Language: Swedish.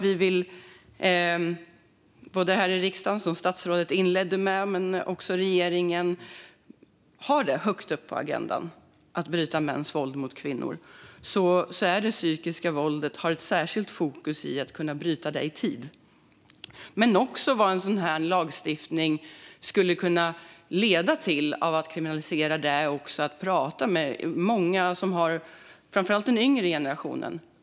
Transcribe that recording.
Vi här i riksdagen, som statsrådet inledde med att säga, men också regeringen vill att det ska stå högt upp på agendan att bryta mäns våld mot kvinnor. Med tanke på det bör det vara ett särskilt fokus på att kunna bryta det psykiska våldet i tid. Det handlar dock även om vad en lagstiftning som kriminaliserar detta skulle kunna leda till. Det är viktigt att prata med många, framför allt den yngre generationen.